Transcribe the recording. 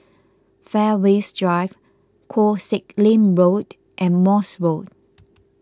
Fairways Drive Koh Sek Lim Road and Morse Road